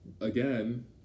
again